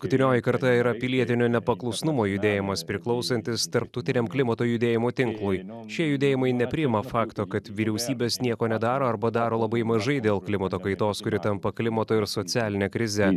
gudrioji karta yra pilietinio nepaklusnumo judėjimas priklausantis tarptautiniam klimato judėjimo tinklui šie judėjimai nepriima fakto kad vyriausybės nieko nedaro arba daro labai mažai dėl klimato kaitos kuri tampa klimato ir socialinę krizę